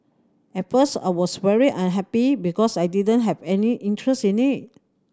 at first I was very unhappy because I didn't have any interest in it